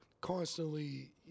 constantly